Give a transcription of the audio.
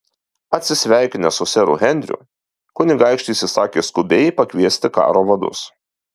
atsisveikinęs su seru henriu kunigaikštis įsakė skubiai pakviesti karo vadus